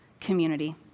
community